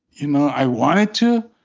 you know. i wanted to,